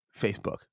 Facebook